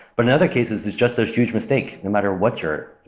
but in other cases, it's just a huge mistake, no matter what you're.